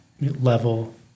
level